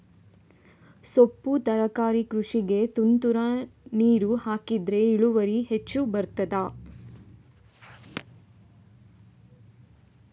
ಸೊಪ್ಪು ತರಕಾರಿ ಕೃಷಿಗೆ ತುಂತುರು ನೀರು ಹಾಕಿದ್ರೆ ಇಳುವರಿ ಹೆಚ್ಚು ಬರ್ತದ?